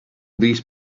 these